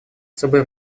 особое